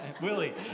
Willie